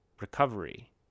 recovery